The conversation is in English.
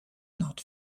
not